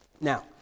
Now